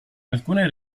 alcune